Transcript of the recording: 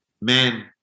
Man